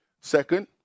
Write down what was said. Second